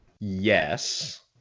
Yes